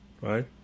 right